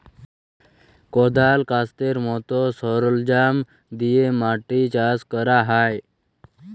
কদাল, ক্যাস্তের মত সরলজাম দিয়ে মাটি চাষ ক্যরা হ্যয়